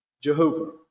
Jehovah